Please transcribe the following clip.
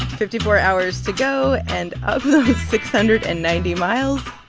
fifty-four hours to go. and of those six hundred and ninety miles,